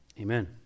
amen